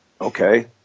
Okay